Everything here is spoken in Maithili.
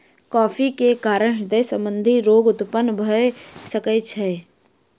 कॉफ़ी के कारण हृदय संबंधी रोग उत्पन्न भअ सकै छै